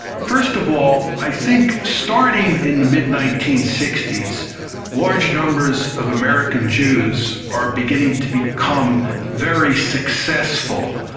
first of all, i think starting in the mid nineteen sixty s large numbers of american jews are beginning to become very successful.